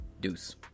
Deuce